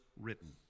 written